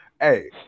Hey